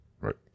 Right